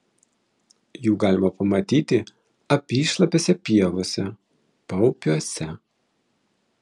jų galima pamatyti apyšlapėse pievose paupiuose